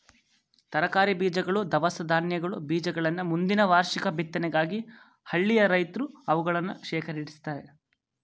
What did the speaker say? ತರಕಾರಿ ಬೀಜಗಳು, ದವಸ ಧಾನ್ಯದ ಬೀಜಗಳನ್ನ ಮುಂದಿನ ವಾರ್ಷಿಕ ಬಿತ್ತನೆಗಾಗಿ ಹಳ್ಳಿಯ ರೈತ್ರು ಅವುಗಳನ್ನು ಶೇಖರಿಸಿಡ್ತರೆ